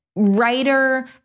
Writer